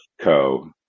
Co